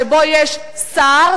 שבה יש שר,